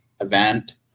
event